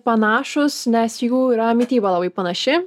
panašūs nes jų yra mityba labai panaši